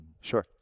Sure